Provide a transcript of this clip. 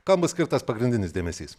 kam bus skirtas pagrindinis dėmesys